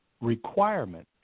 requirement